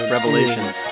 Revelations